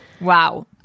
Wow